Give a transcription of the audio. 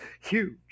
huge